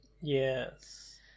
yes